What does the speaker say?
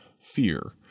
fear